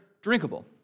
drinkable